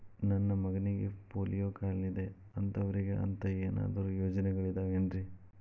ನನ್ನ ಮಗನಿಗ ಪೋಲಿಯೋ ಕಾಲಿದೆ ಅಂತವರಿಗ ಅಂತ ಏನಾದರೂ ಯೋಜನೆಗಳಿದಾವೇನ್ರಿ?